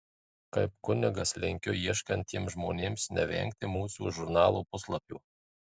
kaip kunigas linkiu ieškantiems žmonėms nevengti mūsų žurnalo puslapių